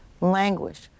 languish